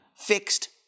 fixed